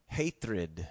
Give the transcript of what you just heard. hatred